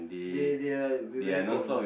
they they are we very problem